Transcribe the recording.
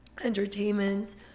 entertainment